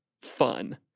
fun